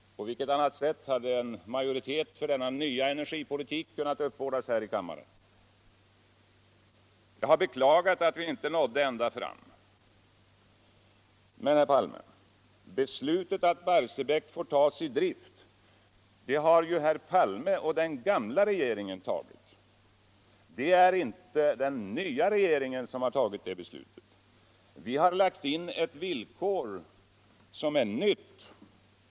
På vilket annat sätt hade en mujoritet för denna nya energipolitik kunnat uppbådas här I kammaren? Jag har beklagat att vi inte nådde ända fram. Men. herr Palme, beslutet att Barsebäck får tas i drift har ju herr Palme och den gamla regeringen tagit. Det är inte den nya regeringen som har tagit det beslutet. Vi har satt in ett villkor som är nytt.